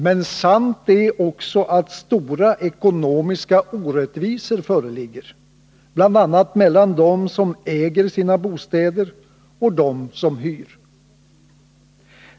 Men sant är också att stora ekonomiska orättvisor föreligger, bl.a. mellan dem som äger sina bostäder och dem som hyr.